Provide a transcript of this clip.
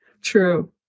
True